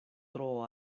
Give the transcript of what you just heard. tro